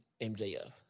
MJF